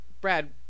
Brad